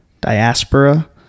Diaspora